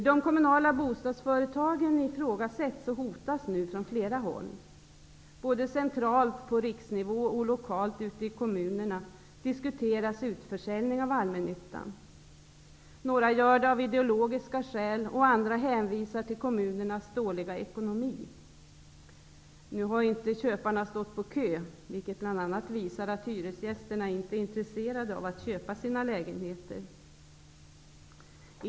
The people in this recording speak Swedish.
De kommunala bostadsföretagen ifrågasätts och hotas nu från flera håll. Både centralt på riks nivå och lokalt ute i kommunerna diskuteras ut försäljning av allmännyttan. Några vill sälja ut av ideologiska skäl, och andra hänvisar till kommu nernas dåliga ekonomi. Köparna har inte stått på kö, och det visar att hyresgästerna inte är intresse rade av att köpa sina lägenheter.